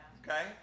Okay